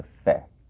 effect